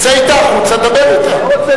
צא אתה החוצה ודבר אתה.